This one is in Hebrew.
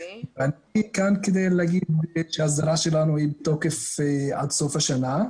אני כאן כדי לומר שההסדרה שלנו היא בתוקף עד סוף השנה.